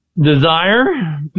desire